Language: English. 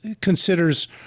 considers